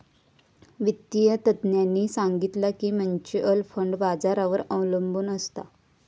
वित्तिय तज्ञांनी सांगितला की म्युच्युअल फंड बाजारावर अबलंबून असता